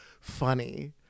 funny